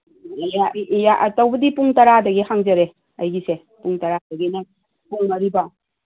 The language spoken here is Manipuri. ꯇꯧꯕꯨꯗꯤ ꯄꯨꯡ ꯇꯔꯥꯗꯒꯤ ꯍꯥꯡꯖꯔꯦ ꯑꯩꯒꯤꯁꯦ ꯄꯨꯡ ꯇꯔꯥꯗꯒꯤꯅ ꯄꯨꯡ ꯃꯔꯤꯕꯥꯎ